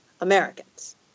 Americans